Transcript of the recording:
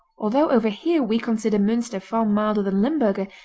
although over here we consider munster far milder than limburger,